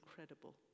incredible